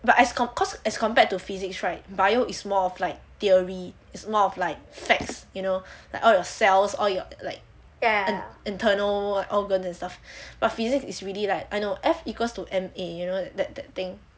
but as got course as compared to physics right bio is more of like theory is more of like facts you know that like all the cells all your like in internal organs and stuff but physics is really like I know F equals to M A you know that that thing